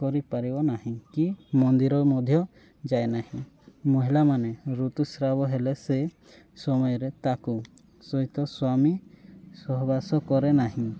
କରିପାରିବ ନାହିଁ କି ମନ୍ଦିର ମଧ୍ୟ ଯାଏନାହିଁ ମହିଳାମାନେ ଋତୁସ୍ରାବ ହେଲେ ସେ ସମୟରେ ତାକୁ ସହିତ ସ୍ଵାମୀ ସହବାସ କରେ ନାହିଁ